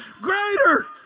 greater